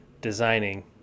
designing